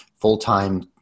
full-time